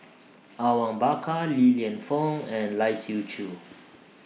Awang Bakar Li Lienfung and Lai Siu Chiu